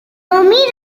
radicals